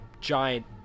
giant